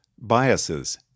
Biases